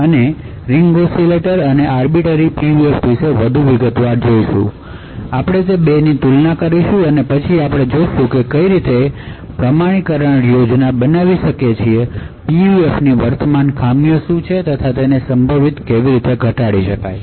આપણે ring oscillator અને arbiter PUF વિશે વધુ વિગતવાર જોઈશું આપણે તે 2 ની તુલના કરીશું અને પછી આપણે જોશું કે આપણે કેવી રીતે ઔથેંતિકેશન યોજનાઓ બનાવી શકીએ છીએ PUFની વર્તમાન ખામીઓ શું છે અને તેમની સંભવિતતાને કેવી રીતે ઘટાડી શકાય છે